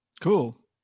cool